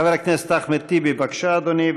חבר הכנסת אחמד טיבי, בבקשה, אדוני.